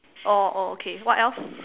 oh oh okay what else